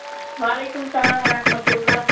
وعلیکُم سَلام ورحمَتُہ للہ